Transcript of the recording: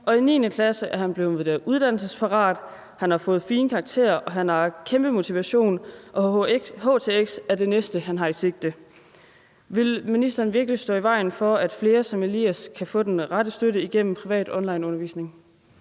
og i 9. klasse er han blevet vurderet uddannelsesparat. Han har fået fine karakterer, og han har en kæmpe motivation, og htx er det næste, han har i sigte. Vil ministeren virkelig stå i vejen for, at flere som Elias kan få den rette støtte igennem privat onlineundervisning?